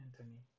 Anthony